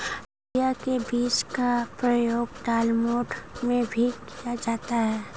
लोबिया के बीज का प्रयोग दालमोठ में भी किया जाता है